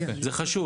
זה חשוב.